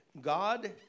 God